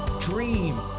dream